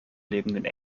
lebenden